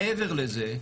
מעבר לזה,